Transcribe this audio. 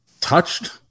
touched